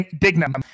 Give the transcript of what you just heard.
Dignam